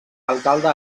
alcalde